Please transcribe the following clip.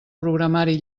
programari